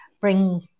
bring